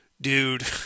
dude